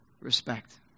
respect